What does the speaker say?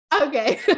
Okay